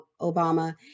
Obama